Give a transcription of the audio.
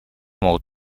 могут